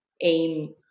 aim